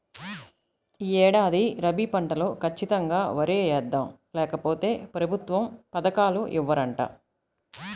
యీ ఏడాది రబీ పంటలో ఖచ్చితంగా వరే యేద్దాం, లేకపోతె ప్రభుత్వ పథకాలు ఇవ్వరంట